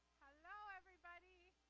hello, everybody?